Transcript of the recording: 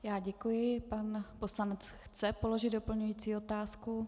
Já děkuji, pan poslanec chce položit doplňující otázku.